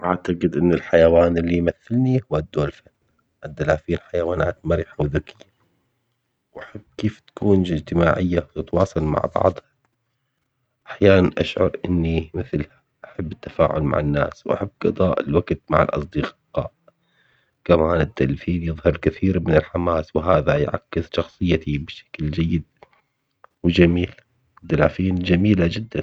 ‘أعتقد إن الحيوان اللي يمثلني هو الدولفين، الدلافين حيوانات مرحة وذكية وأحب كيف تكون ج- اجتماعية وتتواصل مع بعضها، أحياناً أشعر إني مثلها أحب التفاعل مع الناس وأحب قضاء الوقت مع الأصدقاء، كمان الدولفين يظهر كثير من الحماس وهذا يعكس شخصيتي بشكل جيد وجميل، الدلافين جميلة جداً.